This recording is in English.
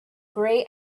grey